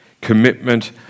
commitment